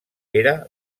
era